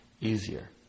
easier